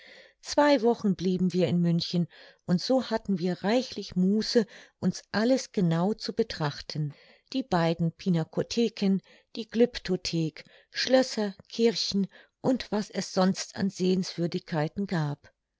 zwei wochen blieben wir in münchen und so hatten wir reichlich muße uns alles genau zu betrachten die beiden pynakotheken die glyptothek schlösser kirchen und was es sonst an sehenswürdigkeiten gab